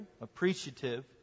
appreciative